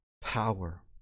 power